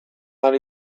ahal